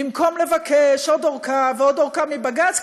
במקום לבקש עוד ארכה ועוד ארכה מבג"ץ,